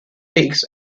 takes